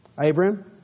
Abraham